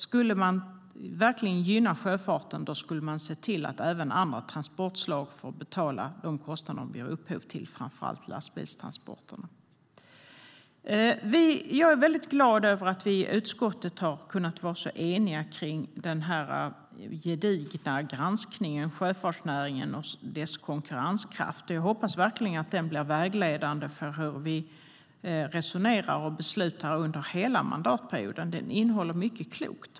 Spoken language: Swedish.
Skulle vi verkligen gynna sjöfarten skulle vi se till att även andra transportslag får betala de kostnader de ger upphov till, och det gäller framför allt lastbilstransporterna. Jag är väldigt glad över att vi i utskottet har kunnat vara så eniga kring denna gedigna granskning av sjöfartsnäringen och dess konkurrenskraft. Jag hoppas verkligen att den blir vägledande för hur vi resonerar och beslutar under hela mandatperioden, för den innehåller mycket klokt.